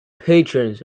pigeons